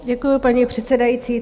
Děkuji, paní předsedající.